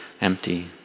empty